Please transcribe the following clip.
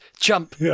jump